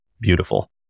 beautiful